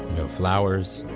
no flowers.